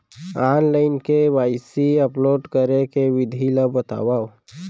Online KYC upload करे के विधि ला बतावव?